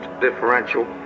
differential